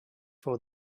for